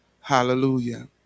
Hallelujah